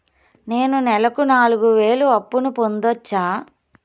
నేను నెలకు నాలుగు వేలు అప్పును పొందొచ్చా?